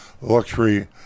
luxury